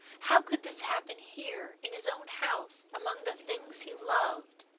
how could this happen here, in his own house, among the things he loved?